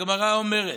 הגמרא אומרת: